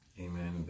Amen